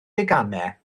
deganau